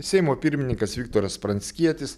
seimo pirmininkas viktoras pranckietis